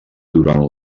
durant